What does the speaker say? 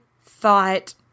thought